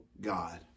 God